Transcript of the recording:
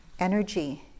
Energy